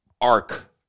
arc